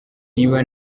niba